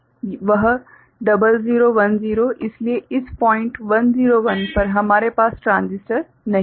वह 0010 इसलिए इस पॉइंट 101 पर हमारे पास ट्रांजिस्टर नहीं है